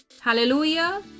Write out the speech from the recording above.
Hallelujah